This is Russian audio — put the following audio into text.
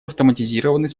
автоматизированный